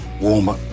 Warmer